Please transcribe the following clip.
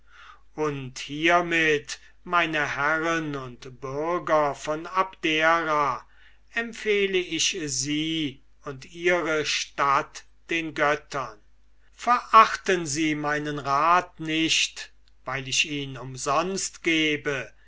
und hiermit meine herren und bürger von abdera empfehle ich sie und ihre stadt den göttern verachten sie meinen rat nicht weil ich ihn umsonst gebe